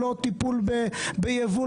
לא טיפול ביבוא,